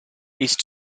east